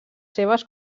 seves